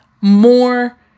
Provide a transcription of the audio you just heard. more